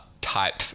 Type